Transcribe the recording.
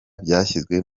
byashyizwe